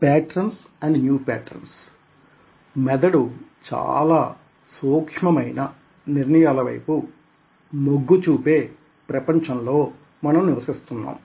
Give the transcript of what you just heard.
patrons and new patterns మెదడు చాలా సూక్ష్మమైన నిర్ణయాల వైపు మొగ్గు చూపే ప్రపంచంలో మనం నివశిస్తున్నాం